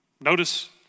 Notice